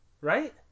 right